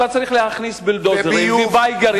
אתה צריך להכניס בולדוזרים ובאגרים,